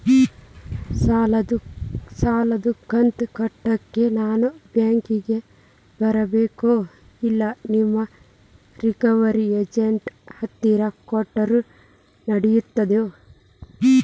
ಸಾಲದು ಕಂತ ಕಟ್ಟಲಿಕ್ಕೆ ನಾನ ಬ್ಯಾಂಕಿಗೆ ಬರಬೇಕೋ, ಇಲ್ಲ ನಿಮ್ಮ ರಿಕವರಿ ಏಜೆಂಟ್ ಹತ್ತಿರ ಕೊಟ್ಟರು ನಡಿತೆತೋ?